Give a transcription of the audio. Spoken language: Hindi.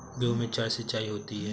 गेहूं में चार सिचाई होती हैं